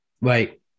Right